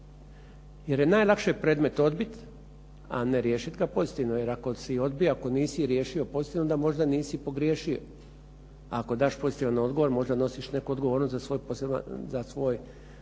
Jer je najlakše predmet odbiti, a ne riješit ga pozitivno. Jer ako si odbio, ako nisi riješio pozitivno onda možda nisi pogriješio. A ako daš pozitivan odgovor možda nosiš neku odgovornost za svoj potvrdan